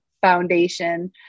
foundation